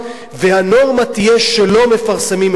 והנורמה תהיה שלא מפרסמים את שמו,